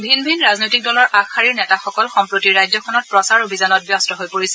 ভিন ভিন ৰাজনৈতিক দলৰ আগশাৰীৰ নেতাসকল সম্প্ৰতি ৰাজ্যখনত প্ৰচাৰ অভিযানত ব্যস্ত হৈ পৰিছে